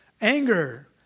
Anger